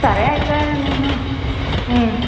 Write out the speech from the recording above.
సరే అయితే నేను